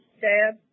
dad